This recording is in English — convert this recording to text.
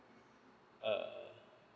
err